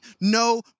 no